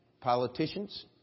politicians